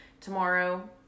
tomorrow